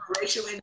racial